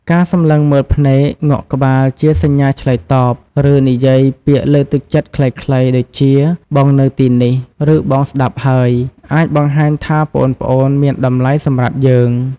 ការសម្លឹងមើលភ្នែក ងក់ក្បាលជាសញ្ញាឆ្លើយតប ឬនិយាយពាក្យលើកទឹកចិត្តខ្លីៗ ដូចជា បងនៅទីនេះ ឬ បងស្តាប់ហើយ អាចបង្ហាញថាប្អូនៗមានតម្លៃសម្រាប់យើង។